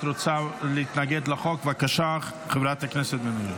את רוצה להתנגד לחוק, בבקשה, חברת הכנסת בן ארי.